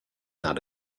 not